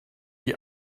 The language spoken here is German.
die